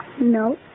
No